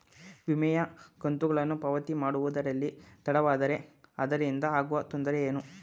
ವಿಮೆಯ ಕಂತುಗಳನ್ನು ಪಾವತಿ ಮಾಡುವುದರಲ್ಲಿ ತಡವಾದರೆ ಅದರಿಂದ ಆಗುವ ತೊಂದರೆ ಏನು?